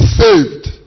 saved